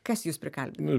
kas jus prikalbino